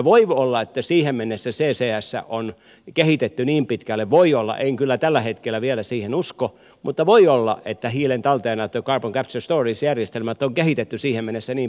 voi olla että siihen mennessä hiilen talteenotto eli ccs eli carbon capture and storage järjestelmät on kehitetty niin pitkälle voi olla en kyllä tällä hetkellä vielä siihen usko että hiilen talteenottokadon syystä olisi järjestelmät on kehitetty siihen ne toimivat